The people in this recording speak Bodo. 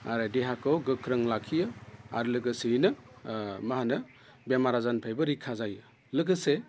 आरो देहाखौ गोख्रों लाखियो आरो लोगोसेयैनो माहोनो बेमार आजारनिफ्रायबो रैखा जायो लोगोसे